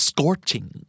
Scorching